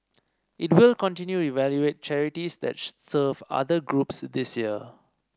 it will continue evaluate charities that serve other groups this year